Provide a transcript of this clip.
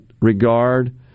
regard